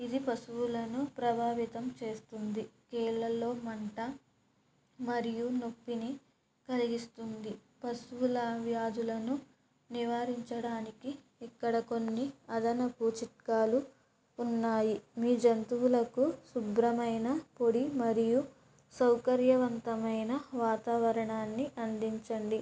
ఇది పశువులను ప్రభావితం చేస్తుంది కీళ్ళలో మంట మరియు నొప్పిని కలిగిస్తుంది పశువుల వ్యాధులను నివారించడానికి ఇక్కడ కొన్ని అదనపు చిట్కాలు ఉన్నాయి మీ జంతువులకు శుభ్రమైన పొడి మరియు సౌకర్యమైన వాతావరణాన్ని అందించండి